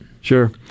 Sure